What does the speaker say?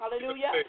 Hallelujah